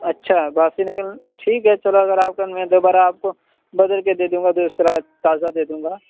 اچھا واپسی نہیں ٹھیک ہے چلو اگر آپ کو میں دوبارہ آپ کو بدل کے دے دوں گا دوسرا تازہ دے دوں گا